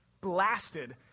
blasted